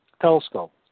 telescope